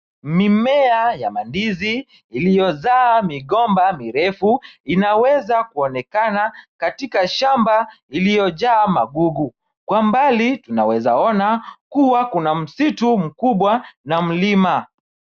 Mimea ya mandizi iliyozaa migomba mirefu inaeza kuonekana katika shamba iliyojaa magugu. Kwa mbali tunaeza juona kuwa kuna msitu mkubwa na mlima.